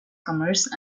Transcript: commerce